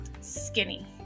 skinny